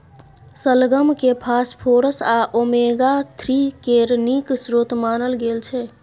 शलगम केँ फास्फोरस आ ओमेगा थ्री केर नीक स्रोत मानल गेल छै